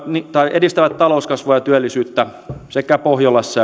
edistävät talouskasvua ja työllisyyttä sekä pohjolassa